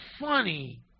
funny